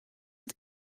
wat